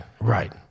right